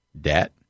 debt